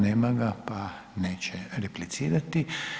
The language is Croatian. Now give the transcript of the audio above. Nema ga pa neće replicirati.